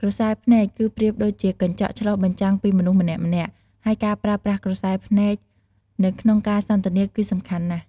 ក្រសែភ្នែក គឺប្រៀបដូចជាកញ្ចក់ឆ្លុះបញ្ចាំងពីមនុស្សម្នាក់ៗ ហើយការប្រើប្រាស់ក្រសែភ្នែកនៅក្នុងការសន្ទនាគឺសំខាន់ណាស់។